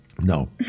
No